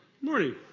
Morning